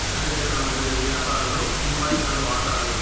అన్ని దేశాల మధ్య జరిగే యాపారాల్లో ఇన్ వాయిస్ లను వాడతారు